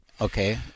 Okay